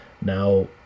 Now